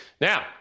Now